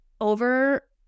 over